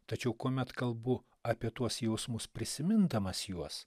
tačiau kuomet kalbu apie tuos jausmus prisimindamas juos